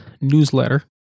newsletter